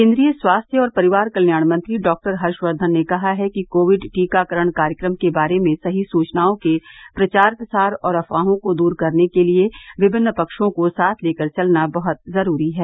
केन्द्रीय स्वास्थ्य और परिवार कल्याण मंत्री डॉ हर्षकर्धन ने कहा है कि कोविड टीकाकरण कार्यक्रम के बारे में सही सूचनाओं के प्रचार प्रसार और अफवाहों को दूर करने के लिए विभिन्न पक्षों को साथ लेकर चलना बहत जरूरी है